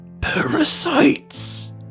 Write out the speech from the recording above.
Parasites